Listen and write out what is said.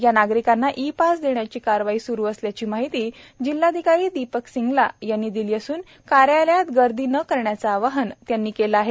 या नागरीकांना ईपास देण्याची कारवाई स्रू असल्याची माहिती जिल्हाधिकारी दीपक सिंगला यांनी दिली असून कार्यालयत गर्दी न करण्याचे आवाहन त्यांनी केले आहे